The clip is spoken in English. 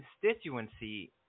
constituency